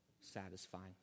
satisfying